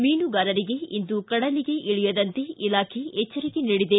ಮೀನುಗಾರರಿಗೆ ಇಂದು ಕಡಲಿಗೆ ಇಳಿಯದಂತೆ ಇಲಾಖೆ ಎಚ್ಚರಿಕೆ ನೀಡಿದೆ